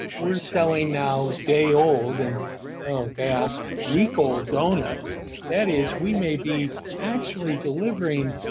we're selling now day old and gas week old donuts that is we may be actually delivering